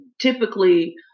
typically